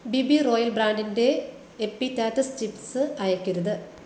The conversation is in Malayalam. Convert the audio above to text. ബി ബി റോയൽ ബ്രാൻഡിന്റെ എപ്പിറ്റാറ്റസ് ചിപ്സ് അയക്കരുത്